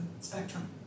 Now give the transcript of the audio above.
spectrum